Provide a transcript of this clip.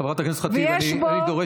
חברת הכנסת ח'טיב, סליחה.